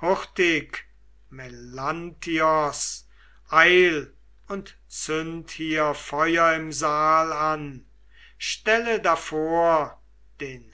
hurtig melanthios eil und zünd hier feuer im saal an stelle davor den